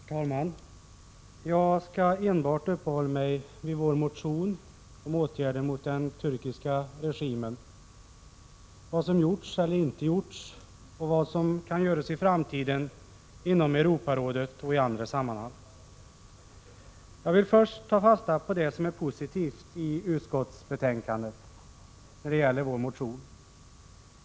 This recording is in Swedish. Herr talman! Jag skall enbart uppehålla mig vid vår motion om åtgärder mot den turkiska regimen, vad som gjorts eller inte gjorts och vad som kan göras i framtiden inom Europarådet och i andra sammanhang. Först vill jag ta fasta på det som är positivt i utskottsbetänkandet när det gäller vår motion.